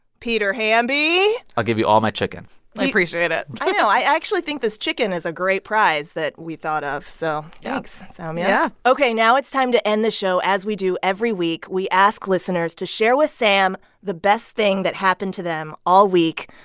peter hamby i'll give you all my chicken i appreciate it i know. i actually think this chicken is a great prize that we thought of. so thanks, soumya yeah ok. now it's time to end this show as we do every week. we ask listeners to share with sam the best thing that happened to them all week.